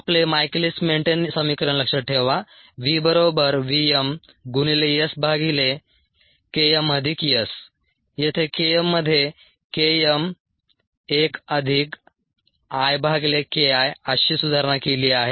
आपले Michaelis Menten समिकरण लक्षात ठेवा vvmSKmS येथे K m मध्ये Km1 IKi अशी सुधारणा केली आहे